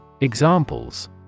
Examples